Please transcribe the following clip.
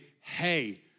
hey